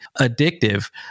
addictive